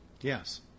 Yes